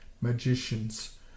magicians